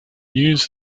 news